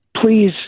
Please